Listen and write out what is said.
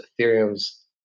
Ethereum's